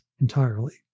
entirely